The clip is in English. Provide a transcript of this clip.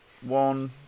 one